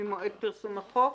ממועד פרסום החוק?